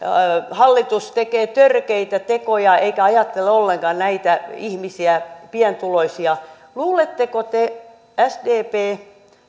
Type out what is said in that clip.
hallitus tekee törkeitä tekoja eikä ajattele ollenkaan näitä ihmisiä pienituloisia luuletteko te sdp